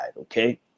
okay